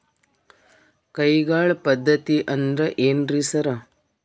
ಕೈಗಾಳ್ ಪದ್ಧತಿ ಅಂದ್ರ್ ಏನ್ರಿ ಸರ್?